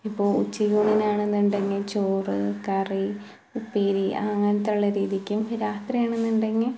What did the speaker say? ഇപ്പോൾ ഉച്ചയൂണിന് ആണ് എന്നുണ്ടെങ്കിൽ ചോറ് കറി ഉപ്പേരി അങ്ങനത്തെയുള്ള രീതിക്കും രാത്രിയാണെന്ന് ഉണ്ടെങ്കിൽ